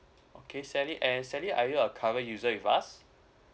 okay sally and sally are you a cover user with us